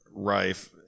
rife